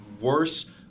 worse